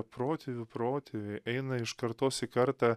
protėvių protėviai eina iš kartos į kartą